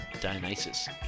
Dionysus